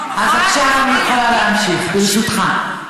אז עכשיו אני יכולה להמשיך, ברשותך.